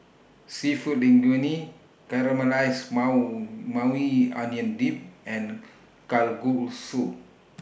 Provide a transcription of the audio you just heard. Seafood Linguine Caramelized Maui Onion Dip and Kalguksu